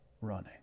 running